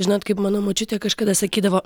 žinot kaip mano močiutė kažkada sakydavo